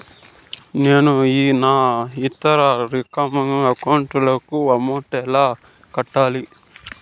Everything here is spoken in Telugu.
నేను నా ఇతర రికరింగ్ అకౌంట్ లకు అమౌంట్ ఎలా కట్టాలి?